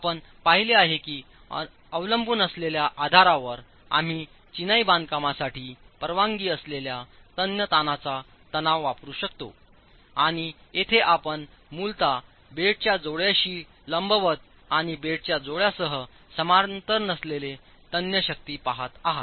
आपण पाहिले आहे की अवलंबून असलेल्या आधारावर आम्ही चिनाई बांधकामांसाठी परवानगी असलेल्या तन्य तणावाचा तणाव वापरू शकतो आणि येथे आपण मूलतः बेडच्या जोड्याशी लंबवत आणि बेडच्या जोड्यास समांतर नसलेले तन्य शक्ती पाहत आहात